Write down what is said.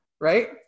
right